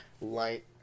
Light